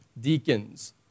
deacons